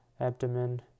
abdomen